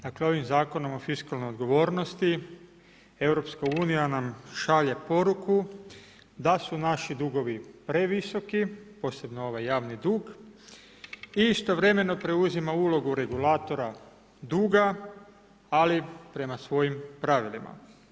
Dakle, ovim Zakonom o fiskalnoj odgovornosti EU nam šalje poruku da su naši dugovi previsoki, posebno ovaj javni dug i istovremeno preuzima ulogu regulatora duga, ali prema svojim pravilima.